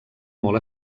molt